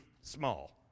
small